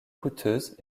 coûteuse